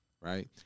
right